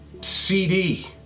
CD